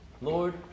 Lord